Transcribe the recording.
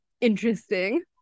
interesting